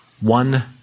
One